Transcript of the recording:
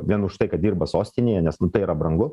vien už tai kad dirba sostinėje nes nu tai yra brangu